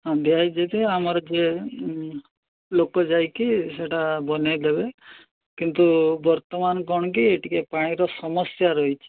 ହଁ ଦିଆ ହେଇଯାଇଥିବ ଆମର ଯେ ଲୋକ ଯାଇକି ସେଇଟା ବନାଇ ଦେବେ କିନ୍ତୁ ବର୍ତ୍ତମାନ କ'ଣ କି ଟିକେ ପାଣିର ସମସ୍ୟା ରହିଛି